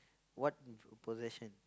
what possession